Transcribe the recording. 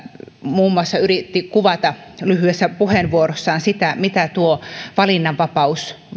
muun muassa yritti kuvata lyhyessä puheenvuorossaan sitä mitä tuo valinnanvapaus